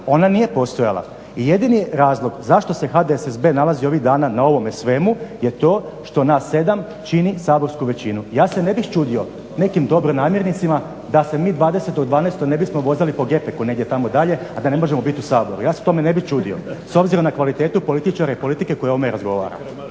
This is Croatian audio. Ona nije postojala i jedini razlog zašto se HDSSB nalazi ovih dana na ovome svemu je to što nas 7 čini saborsku većinu. Ja se ne bih čudio nekim dobronamjernicima da se mi 20.12. ne bismo vozali po gepeku negdje tamo dalje, a da ne možemo bit u Saboru. Ja se tome ne bih čudio s obzirom na kvalitetu političara i politike koji o ovome razgovara.